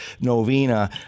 novena